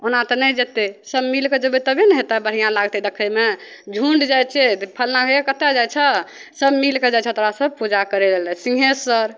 ओना तऽ नहि जेतय सब मिल कऽ जेबय तबे ने हेतय बढ़िआँ लगतय देखयमे झुण्ड जाइ छियै तऽ फल्लाँ हे कतऽ जाइ छहऽ सब मिल कऽ जाइ छहऽ तोरा सब पूजा करय लए सिंघेसर